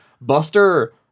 Buster